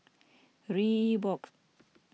Reebok